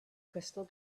crystal